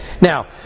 Now